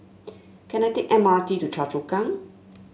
can I take M R T to Choa Chu Kang